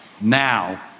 Now